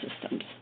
systems